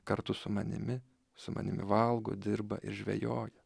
kartu su manimi su manimi valgo dirba ir žvejoja